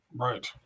Right